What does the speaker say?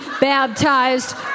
baptized